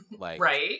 Right